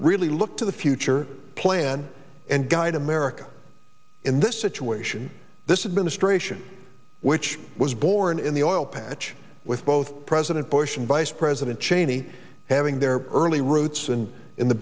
really look to the future plan and guide america in this situation this is ministration which was born in the oil patch with both president bush and vice president cheney having their early roots and in the